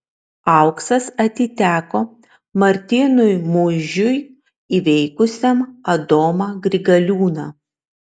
auksas atiteko martynui muižiui įveikusiam adomą grigaliūną